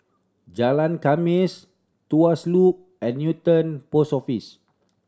Jalan Khamis Tuas Loop and Newton Post Office